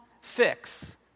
fix